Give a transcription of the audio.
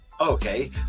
Okay